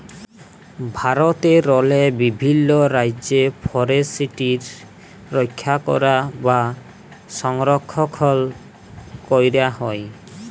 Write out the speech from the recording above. ভারতেরলে বিভিল্ল রাজ্যে ফরেসটিরি রখ্যা ক্যরা বা সংরখ্খল ক্যরা হয়